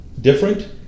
different